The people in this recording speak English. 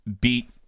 beat